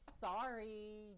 sorry